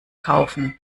kaufen